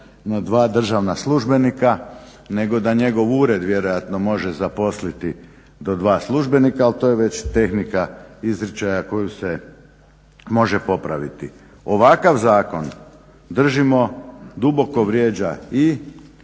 na dva državna službenika, nego da njegov ured vjerojatno može zaposliti do dva službenika. Ali to je već tehnika izričaja koju se može popraviti. Ovakav zakon držimo duboko vrijeđa i